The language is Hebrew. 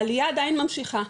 העלייה עדיין ממשיכה,